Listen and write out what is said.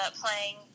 playing